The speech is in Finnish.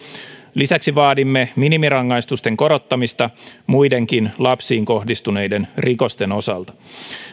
lisäksi vaadimme minimirangaistusten korottamista muidenkin lapsiin kohdistuneiden rikosten osalta